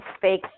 fake